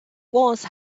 was